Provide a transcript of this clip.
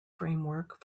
framework